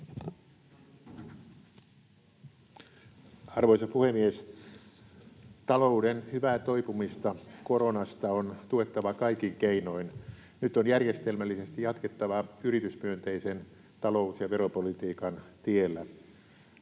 Arvoisa puhemies! Talouden hyvää toipumista koronasta on tuettava kaikin keinoin. Nyt on järjestelmällisesti jatkettava yritysmyönteisen talous- ja veropolitiikan tiellä.